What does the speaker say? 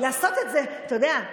אתה יודע,